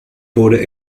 wurde